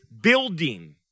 building